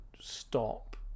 stop